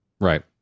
Right